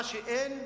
מה שאין,